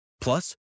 Plus